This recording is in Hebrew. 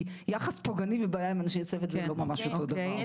כי יחס פוגעני ובעיה עם אנשי צוות זה לא ממש אותו דבר.